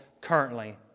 currently